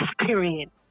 experience